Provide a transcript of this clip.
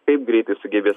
kaip greitai sugebės